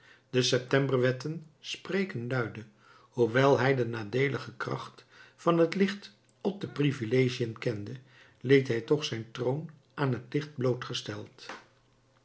de september wetten spreken luide hoewel hij de nadeelige kracht van het licht op de privilegiën kende liet hij toch zijn troon aan het licht blootgesteld